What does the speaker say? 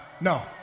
no